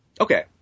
Okay